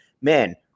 man